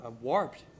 Warped